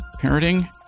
Parenting